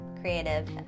creative